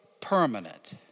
permanent